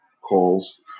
calls